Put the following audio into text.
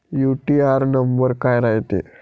UTR number काय रायते?